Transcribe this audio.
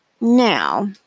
Now